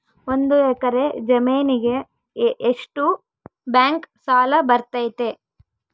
ಒಂದು ಎಕರೆ ಜಮೇನಿಗೆ ಎಷ್ಟು ಬ್ಯಾಂಕ್ ಸಾಲ ಬರ್ತೈತೆ?